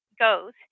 goes